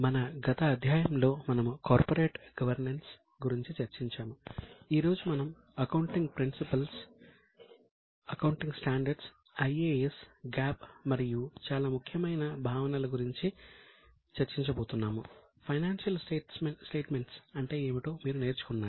మన గత అధ్యాయంలో మనము కార్పొరేట్ గవర్నెన్స్ అంటే ఏమిటో మీరు నేర్చుకున్నారు